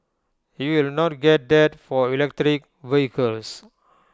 you will not get that for electric vehicles